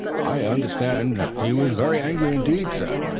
i understand he was very angry indeed, sir,